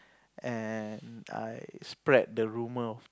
and I spread the rumor of